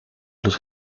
los